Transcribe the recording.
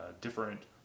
different